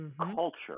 culture